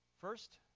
First